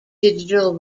digital